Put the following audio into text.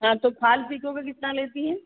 हाँ तो fall pico का कितना लेती हैं